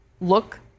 look